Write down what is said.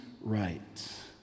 right